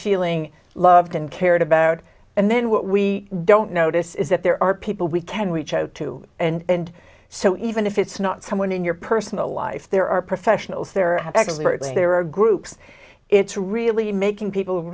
shieling loved and cared about and then what we don't notice is that there are people we can reach out to and so even if it's not someone in your personal life there are professionals there are absolutely there are groups it's really making people